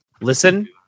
listen